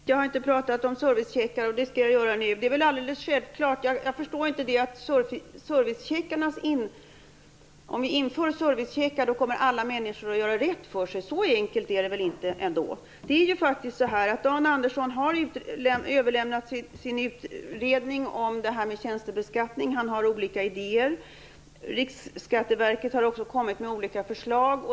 Herr talman! Det är riktigt: Jag har inte pratat om servicecheckar, men det skall jag göra nu. Det är väl alldeles självklart att det inte är så enkelt att om vi inför servicecheckar kommer alla människor att göra rätt för sig. Dan Andersson har överlämnat sin utredning om tjänstebeskattning, och han har olika idéer. Riksskatteverket har också kommit med olika förslag.